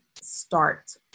start